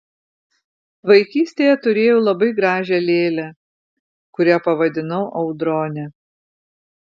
vaikystėje turėjau labai gražią lėlę kurią pavadinau audrone